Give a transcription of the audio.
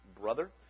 brother